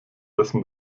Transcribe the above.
dessen